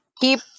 keep